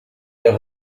der